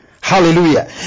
Hallelujah